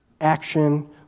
Action